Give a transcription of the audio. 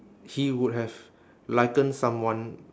he would have likened someone